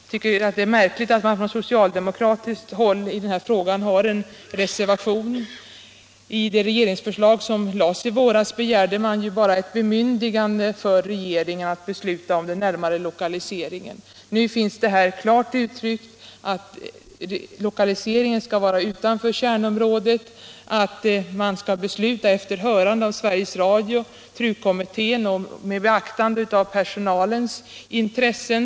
Jag finner det märkligt att man från socialdemokratiskt håll i denna fråga har en reservation. I det regeringsförslag som lades i våras begärde man bara ett bemyndigande för regeringen att besluta om den närmare lokaliseringen. Nu finns det klart uttryckt i utskottets betänkande att lokaliseringen skall vara utanför kärnområdet, att man skall besluta efter hörande av Sveriges Radio och TRU-kommittén och med beaktande av personalens intressen.